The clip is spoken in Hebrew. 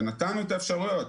ונתנו את האפשרויות,